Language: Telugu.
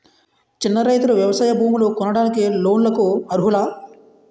చిన్న రైతులు వ్యవసాయ భూములు కొనడానికి లోన్ లకు అర్హులా?